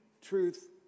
truth